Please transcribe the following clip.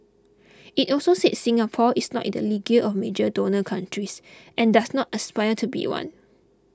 it also said Singapore is not in the league of major donor countries and does not aspire to be one